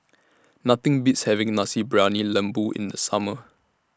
Nothing Beats having Nasi Briyani Lembu in The Summer